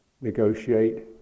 negotiate